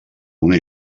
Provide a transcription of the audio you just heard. una